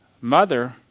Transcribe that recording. Mother